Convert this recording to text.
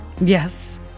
Yes